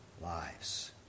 lives